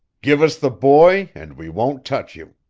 give us the boy and we won't touch you.